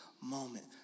moment